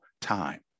time